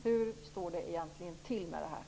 Hur står det egentligen till med detta?